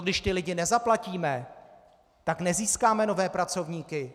Když ty lidi nezaplatíme, tak nezískáme nové pracovníky.